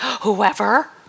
Whoever